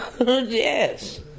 Yes